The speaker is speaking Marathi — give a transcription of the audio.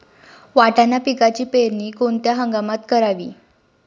वाटाणा पिकाची पेरणी कोणत्या हंगामात करावी?